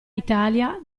italia